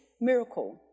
miracle